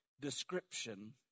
description